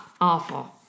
Awful